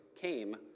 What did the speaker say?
came